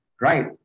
Right